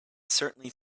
certainly